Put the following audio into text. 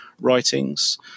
writings